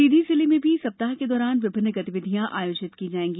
सीधी जिले में भी सप्ताह के दौरान विभिन्न गतिविधियां आयोजित की जाएगी